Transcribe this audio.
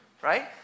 right